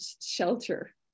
shelter